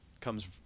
comes